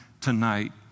tonight